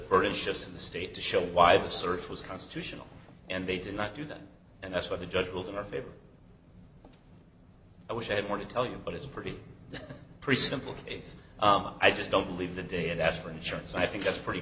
burden shifts to the state to show why the search was constitutional and they did not do that and that's what the judge ruled in our favor i wish i had more to tell you but it's pretty pretty simple it's i just don't believe the day i asked for insurance i think it's pretty